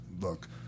look